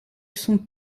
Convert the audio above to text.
sont